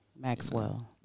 Maxwell